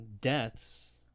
deaths